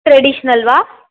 traditional वा